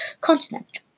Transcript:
continent